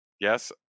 Yes